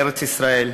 בארץ-ישראל,